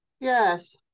Yes